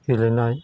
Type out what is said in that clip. गेलेनाय